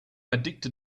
addicted